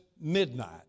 midnight